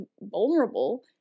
vulnerable